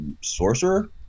sorcerer